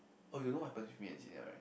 oh you know what happened with me and Gina right